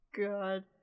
god